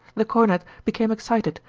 the cornet became excited,